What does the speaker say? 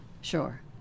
Sure